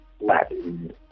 Latin